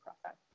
process